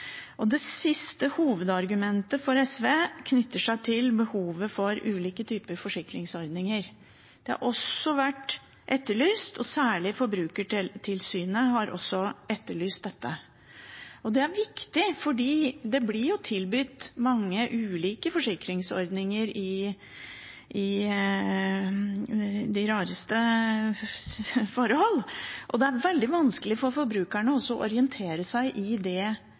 siste hovedargument er knyttet til behovet for ulike typer forsikringsordninger. Det har vært etterlyst, særlig Forbrukertilsynet har etterlyst dette. Det er viktig fordi det blir tilbudt mange ulike forsikringsordninger i de rareste forhold, og det er veldig vanskelig for forbrukerne å orientere seg i det